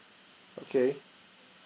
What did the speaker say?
okay